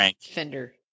fender